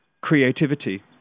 creativity